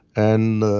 and